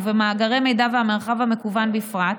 ובמאגרי מידע והמרחב המקוון בפרט,